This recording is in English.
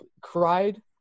cried